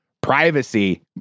privacy